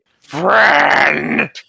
friend